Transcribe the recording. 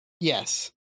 Yes